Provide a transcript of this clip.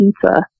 pizza